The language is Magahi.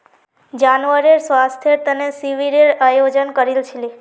जानवरेर स्वास्थ्येर तने शिविरेर आयोजन करील छिले